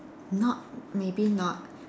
not maybe not